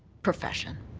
profession.